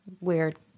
weird